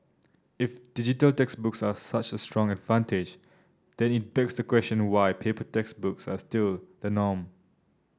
if digital textbooks are such a strong advantage then it begs the question why paper textbooks are still the norm